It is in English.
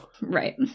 Right